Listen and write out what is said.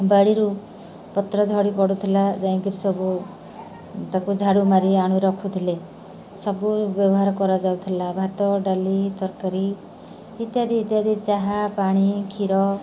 ବାଡ଼ିରୁ ପତ୍ର ଝଡ଼ି ପଡ଼ୁଥିଲା ଯାଇକିରି ସବୁ ତାକୁ ଝାଡ଼ୁ ମାରି ଆଣି ରଖୁଥିଲେ ସବୁ ବ୍ୟବହାର କରାଯାଉଥିଲା ଭାତ ଡାଲି ତରକାରୀ ଇତ୍ୟାଦି ଇତ୍ୟାଦି ଚାହା ପାଣି କ୍ଷୀର